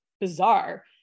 bizarre